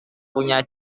punya